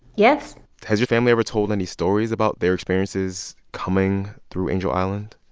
yes has your family ever told any stories about their experiences coming through angel island?